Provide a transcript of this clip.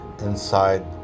inside